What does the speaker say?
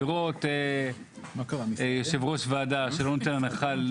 לראות יושב-ראש ועדה שלא נותן הנחה לא